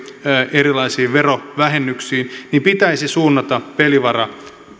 erilaisiin verovähennyksiin pitäisi suunnata pelivara